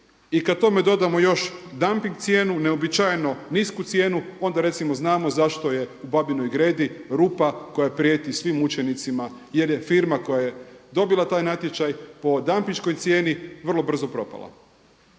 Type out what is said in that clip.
I kad tome dodamo još dumping cijenu, neuobičajeno nisku cijenu onda recimo znamo zašto je u Babinoj Gredi rupa koja prijeti svim mučenicima jer je firma koja je dobila taj natječaj po dampinškoj cijeni vrlo brzo propala.